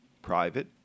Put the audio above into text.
private